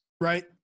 Right